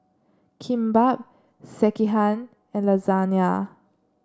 Kimbap Sekihan and Lasagna